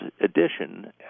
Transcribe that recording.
edition